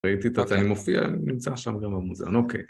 ראיתי אותה והיא מופיעה, נמצא שם גם המוזיאון, אוקיי.